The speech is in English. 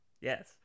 Yes